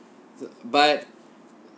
but